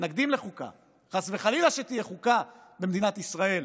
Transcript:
חס וחלילה שתהיה חוקה במדינת ישראל